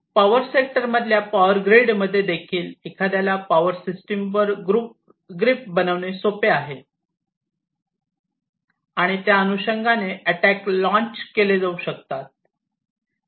power sector मधल्या power grid मध्ये देखील एखाद्याला पावर सिस्टिमवर ग्रिप बनवणे सोपे आहे आणि त्या अनुषंगाने अटॅक लॉन्च केले जाऊ शकतात